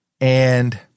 And-